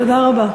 תודה רבה.